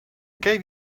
gave